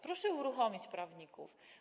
Proszę uruchomić prawników.